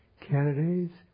candidates